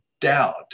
doubt